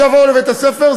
שיבואו לבית-הספר,